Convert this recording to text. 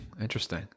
Interesting